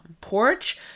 porch